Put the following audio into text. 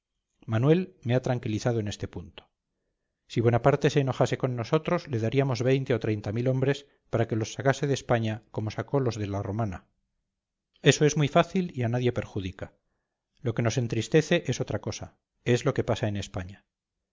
manuel me ha tranquilizado en este punto si bonaparte se enojase con nosotros le daríamos veinte o treinta mil hombres para que los sacase de españa como sacó los de la romana eso es muy fácil y a nadie perjudica lo que nos entristece es otra cosa es lo que pasa en españa